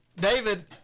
David